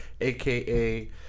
aka